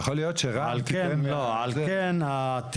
אפילו אם